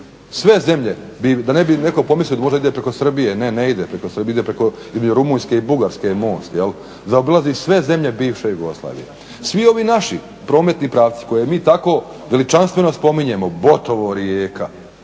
sve zemlje, da ne bi netko pomislio da možda ide preko Srbije, ne, ne ide preko Srbije, ide preko Rumunjske i Bugarske je most, zaobilazi sve zemlje bivše Jugoslavije. Svi ovi naši prometni pravci koje mi tako veličanstveno spominjemo, Botovo-Rijeka,